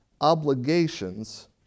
obligations